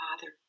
Father